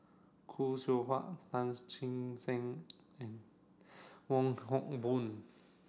Khoo Seow Hwa Tan Che Sang and Wong Hock Boon